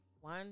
One